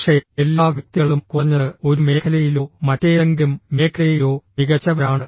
പക്ഷേ എല്ലാ വ്യക്തികളും കുറഞ്ഞത് ഒരു മേഖലയിലോ മറ്റേതെങ്കിലും മേഖലയിലോ മികച്ചവരാണ്